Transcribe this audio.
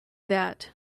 that